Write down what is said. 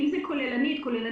אם זה תוכנית כוללנית,